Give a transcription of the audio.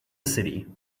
city